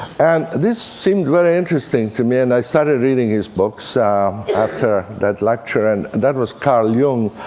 and this seemed very interesting to me. and i started reading his books after that lecture. and that was carl jung,